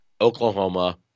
Oklahoma